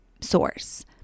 source